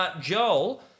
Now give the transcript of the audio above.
Joel